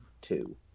two